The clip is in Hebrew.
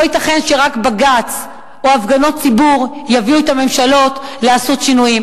לא ייתכן שרק בג"ץ או הפגנות ציבור יביאו את הממשלות לעשות שינויים.